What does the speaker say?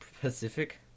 Pacific